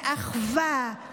לאחווה,